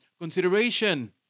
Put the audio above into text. consideration